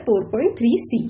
4.3c